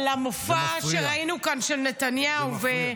-- למופע שראינו כאן של נתניהו.